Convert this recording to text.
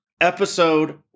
Episode